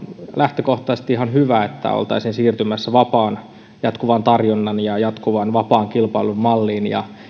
lähtökohtaisesti ihan hyvä että oltaisiin siirtymässä vapaan jatkuvan tarjonnan ja jatkuvan vapaan kilpailun malliin